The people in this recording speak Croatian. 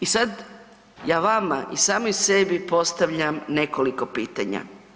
I sada ja vama i samoj sebi postavljam nekoliko pitanja.